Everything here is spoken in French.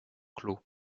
clos